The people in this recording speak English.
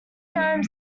gnome